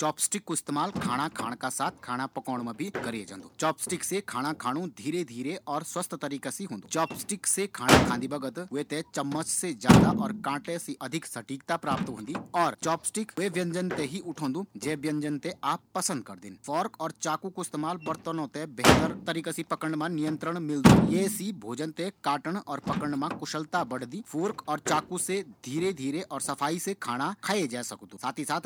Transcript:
चोपस्टिक कु इस्तेमाल खाना खाण ळा साथ साथ खाना पकोण मा भी करए जांदु, चोपस्टिक से खाना खानु धीरे धीरे और स्वास्थ्य वर्धक होन्दु चोपस्टिक से खांदी वक्त काँटा सी ज्यादा सटीकता